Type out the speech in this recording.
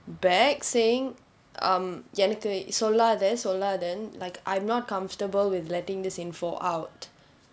back saying um எனக்கு சொல்லாத சொல்லதன்னு:enakku sollatha sollathunnu like I'm not comfortable with letting this information out